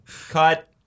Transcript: Cut